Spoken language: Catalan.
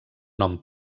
nom